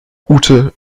ute